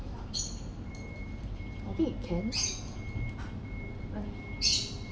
I think it can